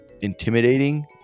intimidating